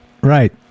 right